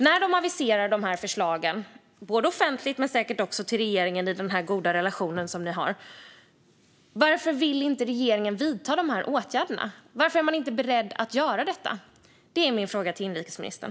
När de aviserar dessa förslag, både offentligt och säkert också till regeringen genom de goda kontakter och relationer som ni har, varför vill inte regeringen vidta dessa åtgärder? Varför är man inte beredd att göra detta? Det är min fråga till inrikesministern.